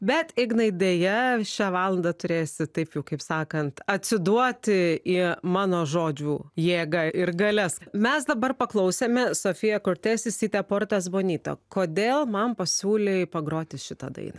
bet ignai deja šią valandą turėsiu taip kaip sakant atsiduoti į mano žodžių jėga ir galias mes dabar paklausiame sofija kodėl man pasiūlė pagroti šitą dainą